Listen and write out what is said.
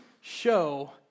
show